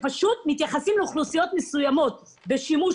שמתייחסים לאוכלוסיות מסוימות עם שימוש